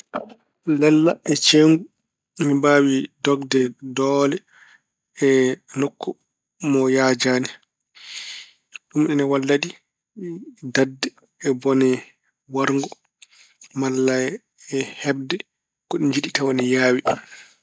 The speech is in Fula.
Lella e ceewngu ina mbaawi dogde doole e nokku mo haajaani. Ɗum ene walla ɗi daɗde e bone warngo malla e heɓde ko ɗi njiɗi tawa ine yaawi.